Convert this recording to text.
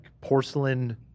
porcelain